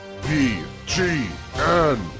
bgn